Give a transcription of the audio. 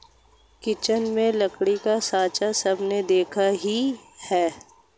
kitchen में लकड़ी का साँचा सबने देखा ही है